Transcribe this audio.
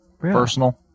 personal